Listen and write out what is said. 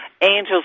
angels